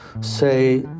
say